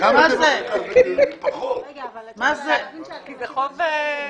כי זה חוב אזרחי.